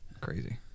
Crazy